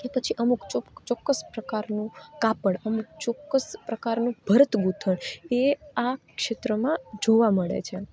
કે પછી અમુક ચોક ચોક્કસ પ્રકારનું કાપડ ચોક્કસ પ્રકારનું ભરતગૂંથણ એ આ ક્ષેત્રમાં જોવા મળે છે